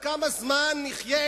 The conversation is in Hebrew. כמה זמן נמשיך